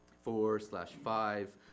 four-slash-five